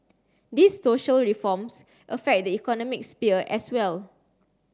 these social reforms affect the economic sphere as well